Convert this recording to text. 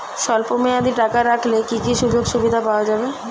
স্বল্পমেয়াদী টাকা রাখলে কি কি সুযোগ সুবিধা পাওয়া যাবে?